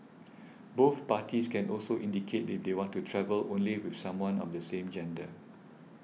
both parties can also indicate if they want to travel only with someone of the same gender